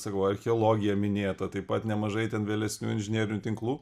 sakau archeologija minėta taip pat nemažai ten vėlesnių inžinerinių tinklų